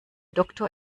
doktor